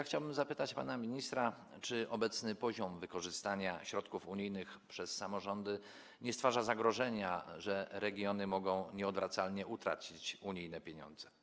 Chciałbym zapytać pana ministra, czy obecny poziom wykorzystania środków unijnych przez samorządy nie stwarza zagrożenia, że regiony mogą nieodwracalnie utracić unijne pieniądze.